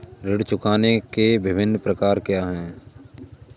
ऋण चुकाने के विभिन्न प्रकार क्या हैं?